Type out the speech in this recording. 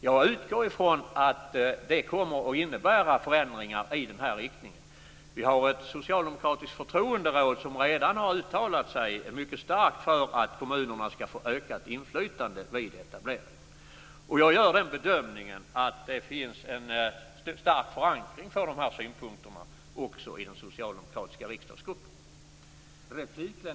Jag utgår från att detta kommer att innebära förändringar i denna riktning. Vi har ett socialdemokratiskt förtroenderåd som redan har uttalat sig mycket starkt för att kommunerna ska få ökat inflytande vid etableringar. Jag gör bedömningen att det finns en stark förankring för de här synpunkterna också i den socialdemokratiska riksdagsgruppen.